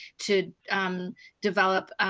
to develop